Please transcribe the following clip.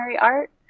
art